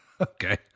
Okay